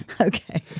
Okay